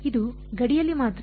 ಇದು ಗಡಿಯಲ್ಲಿ ಮಾತ್ರ